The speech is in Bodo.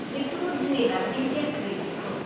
बेथ' दिनै लाबोनाय जायाखै बेखौ